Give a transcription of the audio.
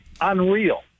unreal